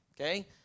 okay